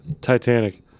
Titanic